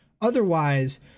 Otherwise